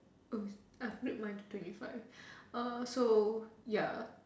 um I mute my to twenty five err so ya